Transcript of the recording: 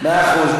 מאה אחוז.